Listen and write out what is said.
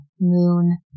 Moon